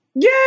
Yay